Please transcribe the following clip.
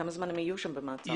כמה זמן הם במעצר שם?